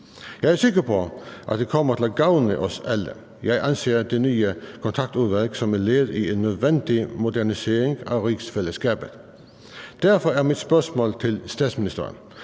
Jeg er sikker på, at det kommer til at gavne os alle. Jeg anser det nye kontaktudvalg som værende et led i en nødvendig modernisering af rigsfællesskabet. Derfor er mit spørgsmål til statsministeren: